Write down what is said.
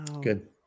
Good